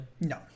no